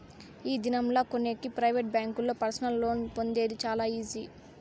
ఈ దినం లా కొనేకి ప్రైవేట్ బ్యాంకుల్లో పర్సనల్ లోన్ పొందేది చాలా ఈజీ